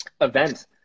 event